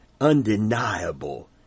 Undeniable